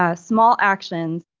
ah small actions,